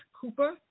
Cooper